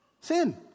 Sin